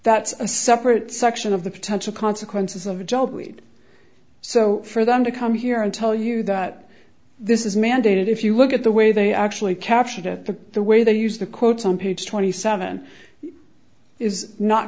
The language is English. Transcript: that's a separate section of the potential consequences of a job lead so for them to come here and tell you that this is mandated if you look at the way they actually capture to the way they used the quotes on page twenty seven is not